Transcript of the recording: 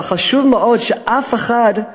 אבל חשוב מאוד שאף אחד,